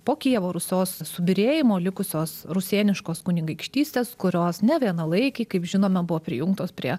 po kijevo rusios subyrėjimo likusios rusėniškos kunigaikštystės kurios nevienalaikiai kaip žinome buvo prijungtos prie